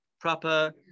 proper